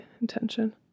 intention